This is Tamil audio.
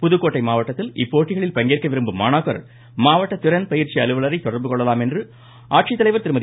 புதுக்கோட்டை மாவட்டத்தில் இப்போட்டிகளில் பங்கேற்க விரும்பும் மாணாக்கர் மாவட்ட திறன் பயிற்சி அலுவலரை தொடர்பு கொள்ளலாம் என ஆட்சித் தலைவர் திருமதி